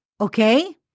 okay